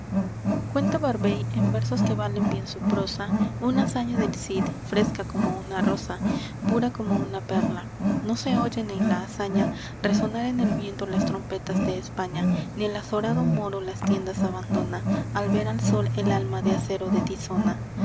cuenta barbey en versos que valen bien su prosa una hazaña del cid fresca como una rosa pura como una perla no se oyen en la hazaña resonar en el viento las trompetas de españa ni el azorado moro las tiendas abandona al ver al sol el alma de acero de tizona